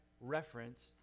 reference